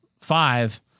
five